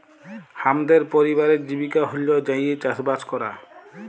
হামদের পরিবারের জীবিকা হল্য যাঁইয়ে চাসবাস করা